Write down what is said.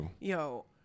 Yo